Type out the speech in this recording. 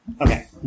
Okay